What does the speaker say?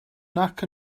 nac